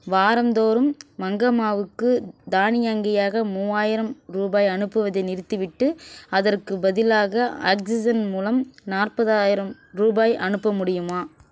வாராந்தோறும் மங்கம்மாவுக்கு தானியங்கியாக மூவாயிரம் ரூபாய் அனுப்புவதை நிறுத்திவிட்டு அதற்குப் பதிலாக ஆக்ஸிஜன் மூலம் நாற்பதாயிரம் ரூபாய் அனுப்ப முடியுமா